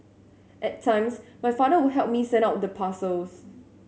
at times my father would help me send out the parcels